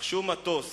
אך שום מטוס,